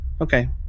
okay